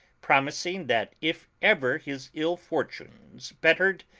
promising that if ever his ill fortunes bet tered,